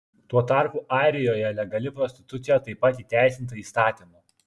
tuo tarpu airijoje legali prostitucija taip pat įteisinta įstatymu